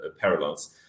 parallels